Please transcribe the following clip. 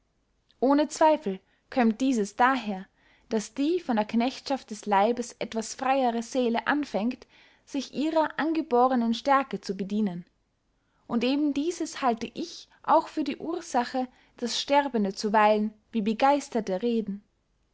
ohne zweifel kömmt dieses daher daß die von der knechtschaft des leibes etwas freyere seele anfängt sich ihrer angebohrnen stärke zu bedienen und eben dieses halte ich auch für die ursache daß sterbende zuweilen wie begeisterte reden